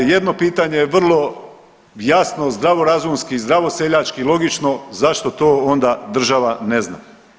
Jedno pitanje je vrlo jasno zdravo razumski, zdravo seljački, logično zašto to onda država ne zna.